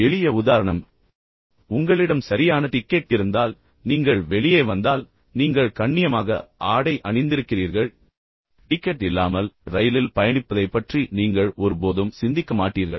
எளிய உதாரணம் என்னவென்றால் உங்களிடம் சரியான டிக்கெட் இருந்தால் நீங்கள் வெளியே வந்தால் நீங்கள் கண்ணியமாக ஆடை அணிந்திருக்கிறீர்கள் டிக்கெட் இல்லாமல் ரயிலில் பயணிப்பதைப் பற்றி நீங்கள் ஒருபோதும் சிந்திக்க மாட்டீர்கள்